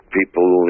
people